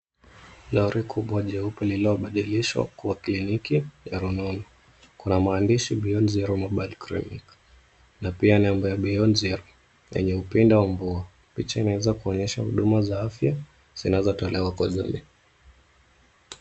Gari kubwa jeupe lililobadilishwa kwa kliniki ya rununu, kuna maandishi beyond zero mobile clinic na pia nembo ya beyond zero yenye upinde wa mbua, picha inaweza kuonyesha huduma za afya zinazotolewa.